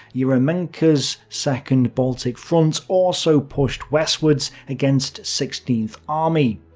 yeah eremenko's second baltic front also pushed westwards against sixteenth army.